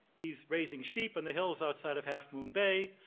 he's raising sheep on the hills outside of half moon bay,